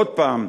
עוד פעם,